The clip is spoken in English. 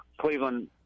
Cleveland